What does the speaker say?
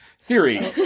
theory